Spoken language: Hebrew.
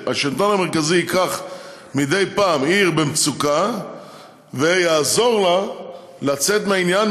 שהשלטון המרכזי ייקח מדי פעם עיר במצוקה ויעזור לה לצאת מהעניין,